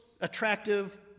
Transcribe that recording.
attractive